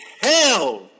hell